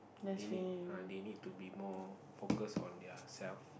they need [huh] they need to be more focus on their self